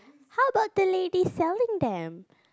how about the lady selling them